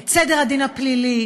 את סדר הדין הפלילי,